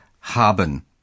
haben